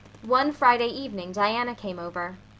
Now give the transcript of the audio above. one friday evening diana came over.